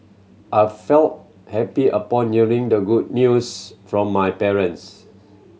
I felt happy upon hearing the good news from my parents